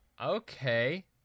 Okay